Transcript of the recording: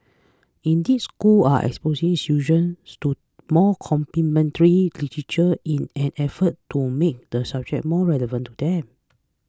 indeed schools are exposing students to more contemporary literature in an effort to make the subject more relevant to them